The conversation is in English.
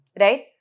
Right